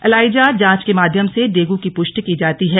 ELISA जांच के माध्यम से डेंगू की पुष्टि की जाती है